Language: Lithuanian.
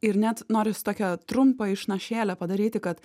ir net norisi tokią trumpą išnašėlę padaryti kad